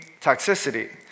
toxicity